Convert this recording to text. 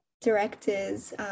directors